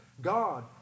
God